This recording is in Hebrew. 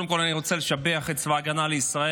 קודם כול אני רוצה לשבח את צבא ההגנה לישראל,